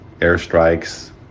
airstrikes